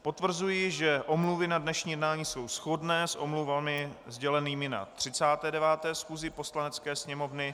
Potvrzuji, že omluvy na dnešní jednání jsou shodné s omluvami sdělenými na 39. schůzi Poslanecké sněmovny.